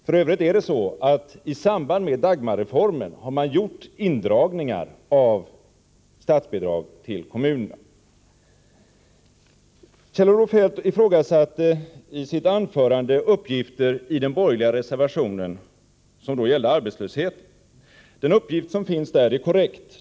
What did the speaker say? F. ö. har regeringen i samband med Dagmarreformen gjort indragningar av statsbidrag till kommunerna. Kjell-Olof Feldt ifrågasatte i sitt anförande uppgifter om arbetslösheten i den borgerliga reservationen. De uppgifter som finns där är korrekta.